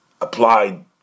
applied